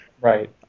Right